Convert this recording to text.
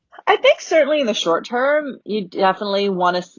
i think certainly in the short term, you definitely want to,